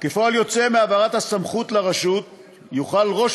כפועל יוצא מהעברת הסמכות לרשות יוכל ראש